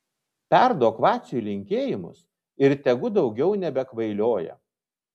perduok vaciui linkėjimus ir tegu daugiau nebekvailioja